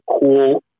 cool